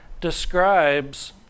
describes